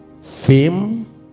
fame